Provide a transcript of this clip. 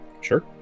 Sure